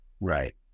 Right